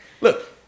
Look